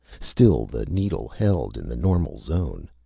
still the needle held in the normal zone.